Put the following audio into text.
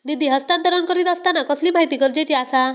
निधी हस्तांतरण करीत आसताना कसली माहिती गरजेची आसा?